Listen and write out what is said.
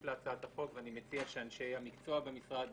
להצעת החוק ואני מציע שאנשי המקצוע במשרד